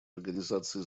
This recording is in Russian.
организации